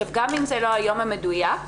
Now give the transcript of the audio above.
גם אם זה לא היום המדויק,